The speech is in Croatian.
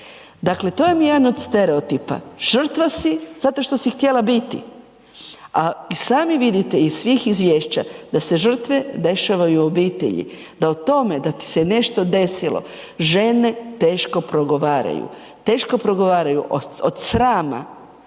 Dakle, to vam je jedan od stereotipa, žrtva si zato što si htjela biti, a i sami vidite iz svih izvješća da se žrtve dešavaju obitelji, da o tome da ti se nešto desilo, žene teško progovaraju, teško progovaraju od srama